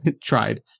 tried